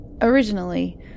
originally